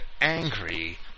angry